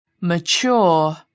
mature